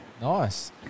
nice